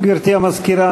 גברתי המזכירה,